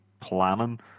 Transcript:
planning